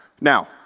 Now